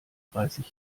dreißig